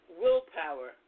willpower